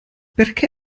perché